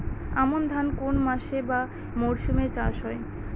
আমন ধান কোন মাসে বা মরশুমে চাষ হয়?